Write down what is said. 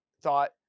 thought